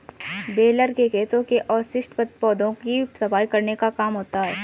baler से खेतों के अवशिष्ट पौधों की सफाई करने का काम होता है